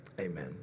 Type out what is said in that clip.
Amen